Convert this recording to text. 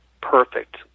perfect